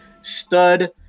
stud